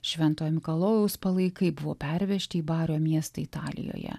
šventojo mikalojaus palaikai buvo pervežti į bario miestą italijoje